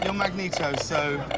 um magneto so